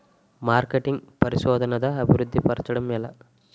marketing పరిశోధనదా అభివృద్ధి పరచడం ఎలా